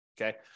Okay